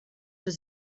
was